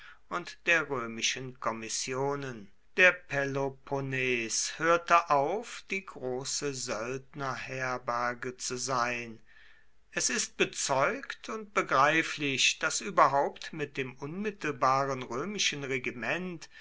und der römischen kommissionen der peloponnes hörte auf die große söldnerherberge zu sein es ist bezeugt und begreiflich daß überhaupt mit dem unmittelbaren römischen regiment